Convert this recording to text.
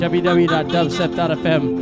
www.dubstep.fm